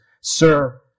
Sir